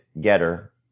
getter